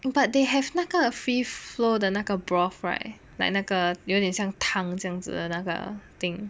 but they have 那个 fifth floor 的那个 broth right like 那个有点像汤这样子的那个 thing